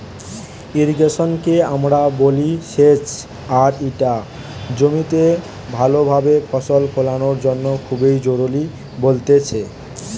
irrigation কে আমরা বলি সেচ আর ইটা জমিতে ভালো ভাবে ফসল ফোলানোর জন্য খুবই জরুরি বলতেছে